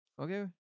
Okay